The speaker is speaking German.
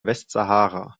westsahara